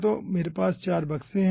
तो हमारे पास 4 बॉक्स हैं